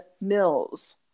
Mills